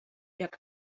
jak